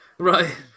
Right